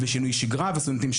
שינוי שגרה לסטודנטים,